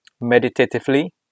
meditatively